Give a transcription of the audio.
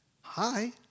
hi